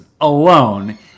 alone